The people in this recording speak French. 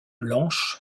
blanche